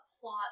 plot